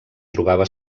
trobava